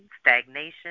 stagnation